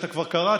שאתה כבר קראת,